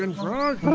and frog